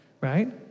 right